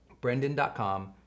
brendan.com